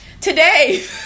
today